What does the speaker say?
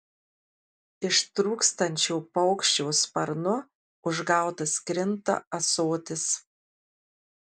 ištrūkstančio paukščio sparnu užgautas krinta ąsotis